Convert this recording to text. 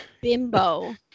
bimbo